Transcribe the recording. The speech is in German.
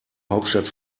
hauptstadt